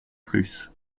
plus